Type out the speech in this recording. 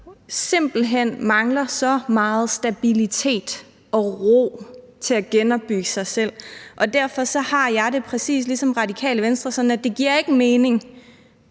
simpelt hen mangler så meget stabilitet og ro til at genopbygge sig selv. Derfor har jeg det præcis som Det Radikale Venstre, nemlig at det ikke giver mening